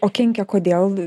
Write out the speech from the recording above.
o kenkia kodėl